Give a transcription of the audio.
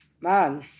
man